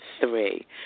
Three